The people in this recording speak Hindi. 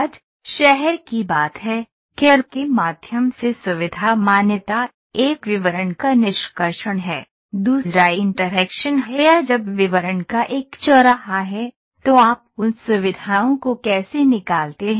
आज शहर की बात है कैड़ के माध्यम से सुविधा मान्यता एक विवरण का निष्कर्षण है दूसरा इंटरैक्शन है या जब विवरण का एक चौराहा है तो आप उन सुविधाओं को कैसे निकालते हैं